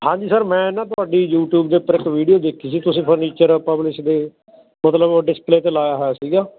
ਹਾਂ ਜੀ ਸਰ ਮੈਂ ਨਾ ਤੁਹਾਡੀ ਯੂਟੀਊਬ ਦੇ ਉੱਪਰ ਇੱਕ ਵੀਡੀਓ ਦੇਖੀ ਸੀ ਤੁਸੀਂ ਫਰਨੀਚਰ ਪਬਲਿਸ਼ ਦੇ ਮਤਲਬ ਡਿਸਪਲੇ 'ਤੇ ਲਾਇਆ ਹੋਇਆ ਸੀਗਾ